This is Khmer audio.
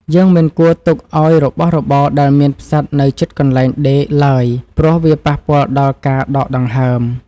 យើងមិនគួរទុកឱ្យរបស់របរដែលមានផ្សិតនៅជិតកន្លែងដេកឡើយព្រោះវាប៉ះពាល់ដល់ការដកដង្ហើម។